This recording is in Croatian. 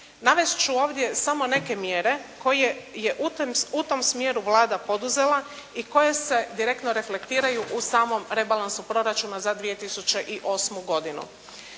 Navesti ću ovdje samo neke mjere koje je u tom smjeru Vlada poduzela i koje se direktno reflektiraju u samom rebalansu proračuna za 2008. godinu.